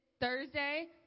Thursday